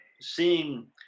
seeing